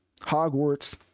Hogwarts